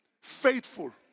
faithful